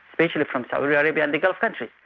especially from saudi arabia and the gulf countries.